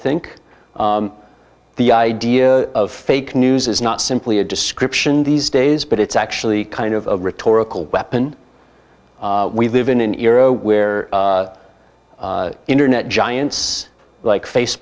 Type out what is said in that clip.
think the idea of fake news is not simply a description these days but it's actually kind of rhetorical weapon we live in an era where internet giants like face